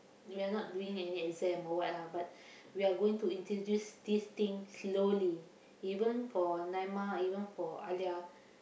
we are not doing any exam or what lah but we are going to introduce this thing slowly even for Naimah even for Alia